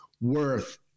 worth